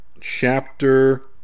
chapter